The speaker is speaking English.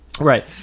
Right